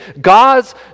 God's